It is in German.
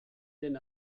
denn